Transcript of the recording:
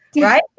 right